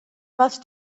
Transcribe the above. must